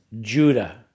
Judah